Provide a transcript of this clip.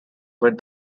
but